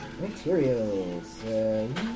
Materials